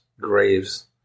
graves